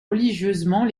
religieusement